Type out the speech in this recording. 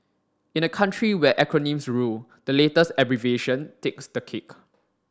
in a country where acronyms rule the latest abbreviation takes the cake